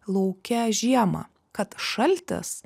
lauke žiemą kad šaltis